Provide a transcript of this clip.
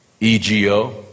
EGO